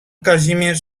kazimierz